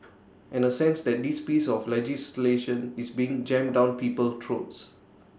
and A sense that this piece of legislation is being jammed down people throats